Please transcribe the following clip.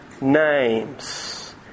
names